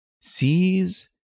sees